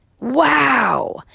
Wow